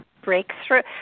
breakthrough